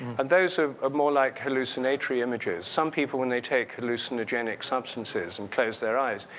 and those who are more like hallucinatory images. some people, when they take hallucinogenic substances and close their eyes,